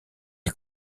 les